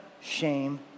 shame